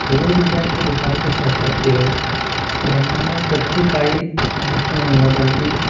खगोल विज्ञान के विकास के साथ साथ केवल ब्रह्मांड में पृथ्वी का ही महत्व नहीं हुआ बल्कि